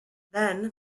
then